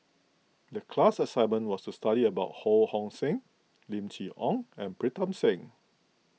the class assignment was to study about Ho Hong Sing Lim Chee Onn and Pritam Singh